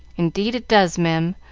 indeed it does, mem.